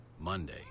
Monday